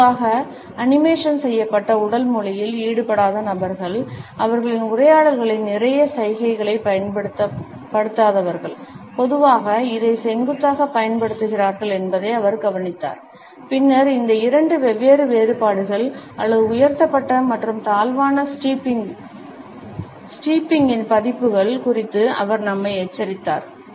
பொதுவாக அனிமேஷன் செய்யப்பட்ட உடல் மொழியில் ஈடுபடாத நபர்கள் அவர்களின் உரையாடல்களில் நிறைய சைகைகளைப் பயன்படுத்தாதவர்கள் பொதுவாக இதை செங்குத்தாகப் பயன்படுத்துகிறார்கள் என்பதை அவர் கவனித்தார் பின்னர் இந்த இரண்டு வெவ்வேறு வேறுபாடுகள் அல்லது உயர்த்தப்பட்ட மற்றும் தாழ்வான ஸ்டீப்பிங்கின் பதிப்புகள் குறித்து அவர் நம்மை எச்சரித்தார்